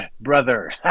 brother